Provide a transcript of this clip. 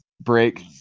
break